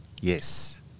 Yes